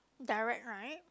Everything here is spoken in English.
direct right